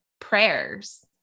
prayers